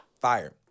Fire